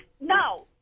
no